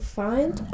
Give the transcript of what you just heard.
find